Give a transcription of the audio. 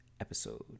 episode